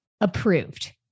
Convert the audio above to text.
approved